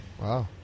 Wow